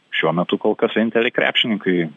šiuo metu kol kas vieninteliai krepšininkai